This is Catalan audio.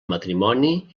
matrimoni